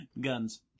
Guns